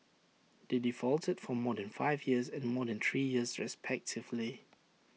they defaulted for more than five years and more than three years respectively